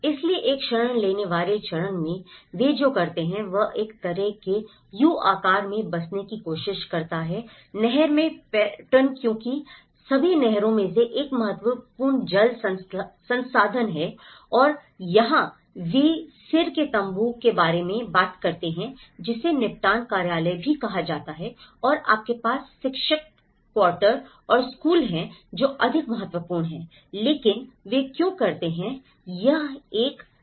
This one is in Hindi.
इसलिए एक शरण लेने वाले चरण में वे जो करते हैं वह एक तरह के यू आकार में बसने की कोशिश करता है नहर में पैटर्न क्योंकि सभी नहरों में से एक महत्वपूर्ण जल संसाधन है और यहाँ वे सिर के तम्बू के बारे में भी बात करते हैं जिसे निपटान कार्यालय भी कहा जाता है और आपके पास शिक्षक क्वार्टर और स्कूल हैं जो अधिक महत्वपूर्ण हैं लेकिन वे क्यों करते हैं यह एक लेह मनाली राजमार्ग है